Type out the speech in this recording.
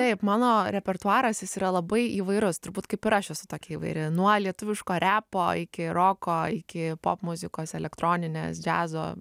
taip mano repertuaras jis yra labai įvairus turbūt kaip ir aš esu tokia įvairi nuo lietuviško repo iki roko iki popmuzikos elektroninės džiazo